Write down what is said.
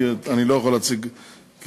אני אציג אותן יחד, הצבעה בנפרד.